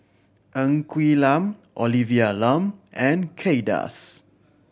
Ng Quee Lam Olivia Lum and Kay Das